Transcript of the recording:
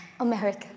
America